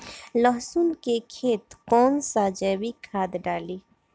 लहसुन के खेत कौन सा जैविक खाद डाली?